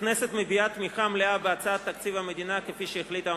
הכנסת מביעה תמיכה מלאה בהצעת תקציב המדינה כפי שהחליטה הממשלה.